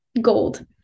gold